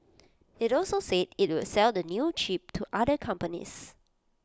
IT also said IT would sell the new chip to other companies